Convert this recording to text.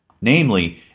Namely